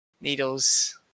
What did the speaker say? needles